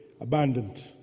abandoned